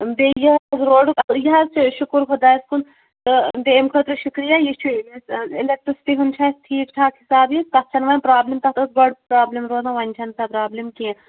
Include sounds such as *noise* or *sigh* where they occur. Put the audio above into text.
بیٚیہِ یہِ حظ روڈُک *unintelligible* یہِ حظ چھِ شُکُر خۄدایَس کُن تہٕ بیٚیہِ اَمہِ خٲطرٕ شُکرِیہ یہِ چھُ *unintelligible* اِلٮ۪کٹِرٛسِٹی ہُنٛد چھِ اَسہِ ٹھیٖک ٹھاک حِساب ییٚتہِ تَتھ چھَنہٕ وۄنۍ پرٛابلم تَتھ ٲس گۄڈٕ پرٛابلم روزان وۄنۍ چھَنہٕ سۄ پرٛابلم کینٛہہ